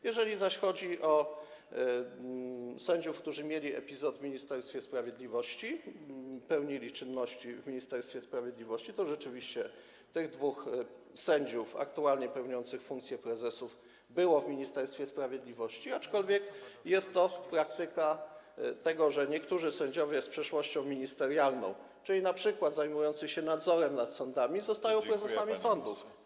Jeżeli zaś chodzi o sędziów, którzy mieli epizod w Ministerstwie Sprawiedliwości, pełnili czynności w Ministerstwie Sprawiedliwości, to rzeczywiście tych dwóch sędziów aktualnie pełniących funkcje prezesów było w Ministerstwie Sprawiedliwości, aczkolwiek jest taka praktyka, że niektórzy sędziowie z przeszłością ministerialną, czyli np. zajmujący się nadzorem nad sądami, zostają prezesami sądów.